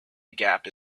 gap